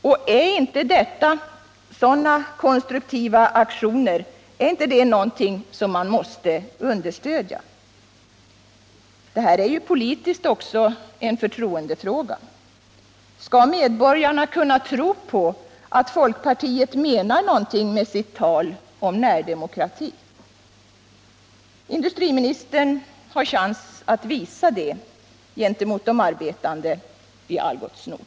Och är inte sådana konstruktiva aktioner något som måste understödjas? Det här är politiskt också en förtroendefråga. Skall medborgarna kunna tro på att folkpartiet menar någonting med sitt tal om närdemokrati? Industriministern har chans att visa det gentemot de arbetande vid Algots Nord.